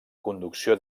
conducció